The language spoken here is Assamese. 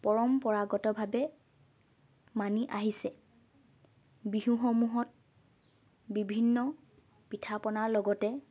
পৰম্পৰাগতভাৱে মানি আহিছে বিহুসমূহত বিভিন্ন পিঠা পনাৰ লগতে